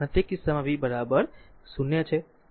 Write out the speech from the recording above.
અને તે કિસ્સામાં v 0 છે